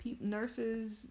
Nurses